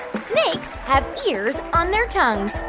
snakes have ears on their tongues?